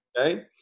Okay